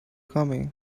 coming